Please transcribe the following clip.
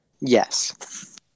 Yes